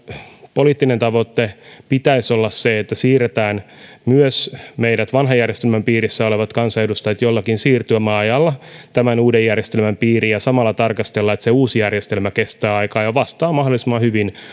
poliittisen tavoitteen pitäisi olla se että siirretään myös meidät vanhan järjestelmän piirissä olevat kansanedustajat jollakin siirtymäajalla tämän uuden järjestelmän piiriin ja samalla tarkastellaan että se uusi järjestelmä kestää aikaa ja vastaa mahdollisimman hyvin